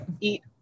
eat